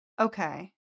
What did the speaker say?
Okay